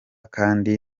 kandi